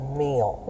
meal